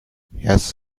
yes